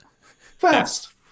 fast